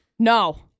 No